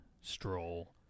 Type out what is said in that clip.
stroll